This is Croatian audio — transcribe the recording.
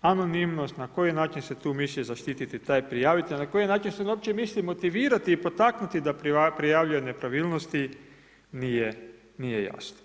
anonimnost, na koji način se tu misli zaštiti taj prijavitelj, na koji način se uopće misli motivirati i potaknuti da prijavljuje nepravilnosti nije jasno.